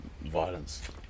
violence